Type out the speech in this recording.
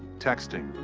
texting,